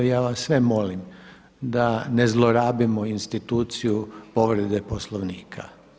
Ja vas sve molim da ne zlorabimo instituciju povrede Poslovnika.